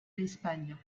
l’espagne